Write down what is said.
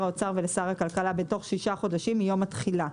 האוצר ולשר הכלכלה בתוך שישה חודשים מיום התחילה,